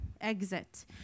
exit